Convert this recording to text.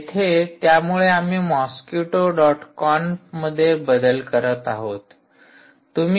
येथे त्यामुळे आम्ही मॉस्किटो डॉट कॉन्फ मध्ये बदल करत आहोत